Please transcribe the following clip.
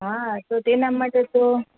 હા તો તેના માટે તો